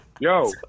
Yo